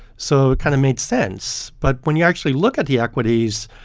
so it kind of made sense but when you actually look at the equities,